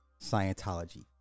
Scientology